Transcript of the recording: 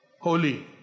holy